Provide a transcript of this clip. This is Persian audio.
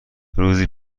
روزی